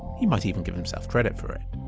he might even give himself credit for it.